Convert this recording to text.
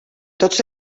tots